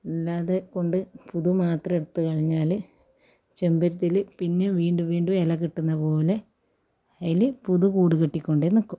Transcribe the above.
അല്ലാതെ കൊണ്ട് പുതു മാത്രമെടുത്ത് കളഞ്ഞാൽ ചെമ്പരത്തിയിൽ പിന്നെ വീണ്ടും വീണ്ടും ഇല കെട്ടുന്നതുപോലെ അതിൽ പുതു കൂട് കെട്ടികൊണ്ടേ നിൽക്കും